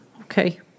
Okay